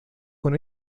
con